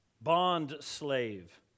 bond-slave